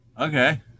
Okay